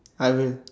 I will